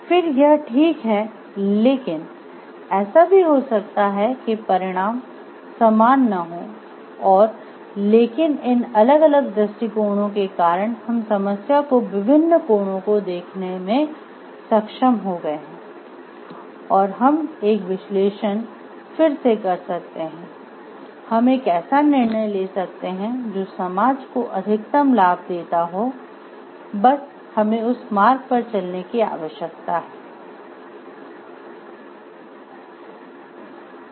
फिर यह ठीक है लेकिन ऐसा भी हो सकता है कि परिणाम समान न हों और लेकिन इन अलग अलग दृष्टिकोणों के कारण हम समस्या को विभिन्न कोणों को देखने में सक्षम हो गए हैं और हम एक विश्लेषण फिर से कर सकते हैं हम एक ऐसा निर्णय ले सकते हैं जो समाज को अधिकतम लाभ देता हो बस हमें उस मार्ग पर चलने की आवश्यकता है